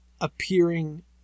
appearing